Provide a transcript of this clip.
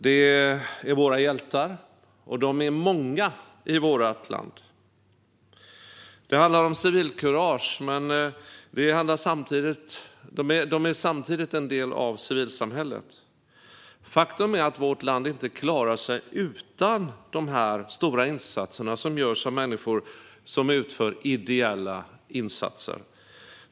De är våra hjältar, och de är många i vårt land. Det handlar om civilkurage men är samtidigt en del av civilsamhället. Faktum är att vårt land inte klarar sig utan dessa stora ideella insatser.